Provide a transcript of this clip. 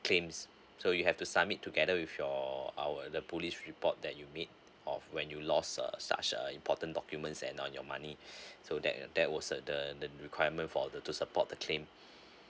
claims so you have to submit together with your our the police report that you made of when you lost a a such a important documents and on your money so that uh that was uh the the requirement for the to support the claim